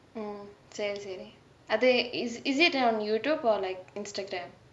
சரி சரி:seri seri are they is it on Youtube or like Instagram